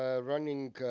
ah running